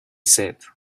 said